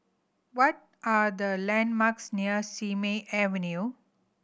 what are the landmarks near Simei Avenue